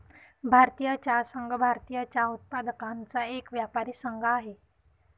भारतीय चहा संघ, भारतीय चहा उत्पादकांचा एक व्यापारी संघ आहे